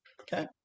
Okay